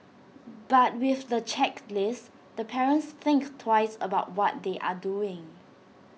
but with the checklist the parents think twice about what they are doing